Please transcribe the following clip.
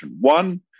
One